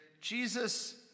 jesus